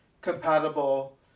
compatible